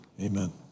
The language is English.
Amen